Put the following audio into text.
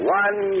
one